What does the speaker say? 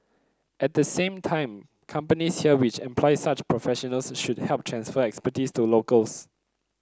at the same time companies here which employ such professionals should help transfer expertise to locals